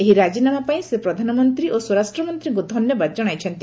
ଏହି ରାଜିନାମା ପାଇଁ ସେ ପ୍ରଧାନମନ୍ତ୍ରୀ ଓ ସ୍ୱରାଷ୍ଟ୍ରମନ୍ତ୍ରୀଙ୍କୁ ଧନ୍ୟବାଦ ଜଣାଇଛନ୍ତି